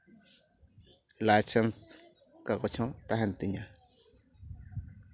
licence ᱠᱟᱜᱚᱡᱽᱦᱚᱸ ᱛᱟᱦᱮᱱ ᱛᱤᱧᱟᱹ